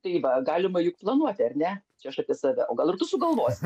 tai va galima juk planuoti ar ne čia aš apie save o gal ir tu sugalvosi